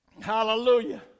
Hallelujah